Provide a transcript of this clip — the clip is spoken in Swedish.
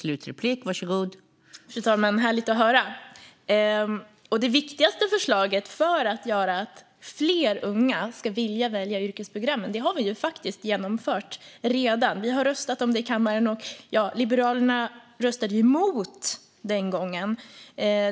Fru talman! Härligt att höra, Fredrik Malm! Det viktigaste förslaget för att fler unga ska vilja välja yrkesprogrammen har vi faktiskt redan genomfört. Vi har röstat om det i kammaren. Liberalerna röstade emot den gången.